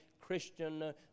Christian